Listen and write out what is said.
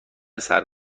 سرم